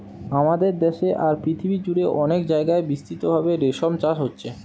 আমাদের দেশে আর পৃথিবী জুড়ে অনেক জাগায় বিস্তৃতভাবে রেশম চাষ হচ্ছে